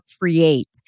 Create